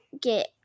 get